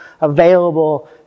available